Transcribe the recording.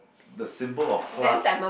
the symbol of plus